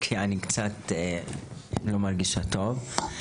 כי אני קצת לא מרגישה טוב.